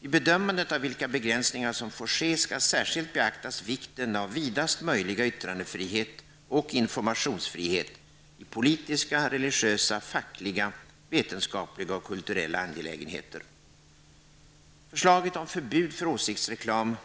Vid bedömandet av vilka begränsningar som får ske skall särskilt beaktas vikten av vidaste möjliga yttrandefrihet och informationsfrihet i politiska, religiösa, fackliga, vetenskapliga och kulturella angelägenheter. Förslaget om förbud mot åsiktsreklam